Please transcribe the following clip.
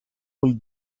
would